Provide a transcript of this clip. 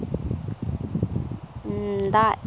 ᱫᱟᱜ